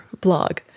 blog